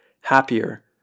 happier